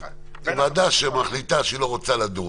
ועדה שמחליטה שהיא לא רוצה לדון,